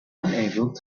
unable